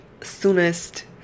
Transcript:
soonest